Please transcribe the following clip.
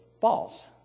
false